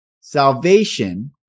salvation